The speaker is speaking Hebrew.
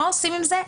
מה עושים עם זה?